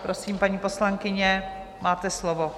Prosím, paní poslankyně, máte slovo.